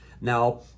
Now